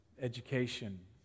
education